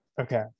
okay